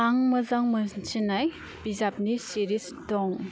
आं मोजां मोनसिन्नाय बिजाबनि सिरिज दं